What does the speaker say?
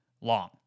long